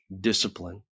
discipline